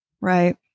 Right